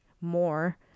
more